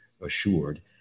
assured